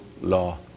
law